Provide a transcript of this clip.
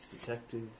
detective